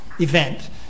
event